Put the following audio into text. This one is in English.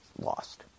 lost